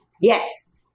Yes